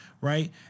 right